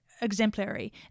exemplary